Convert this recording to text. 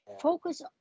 Focus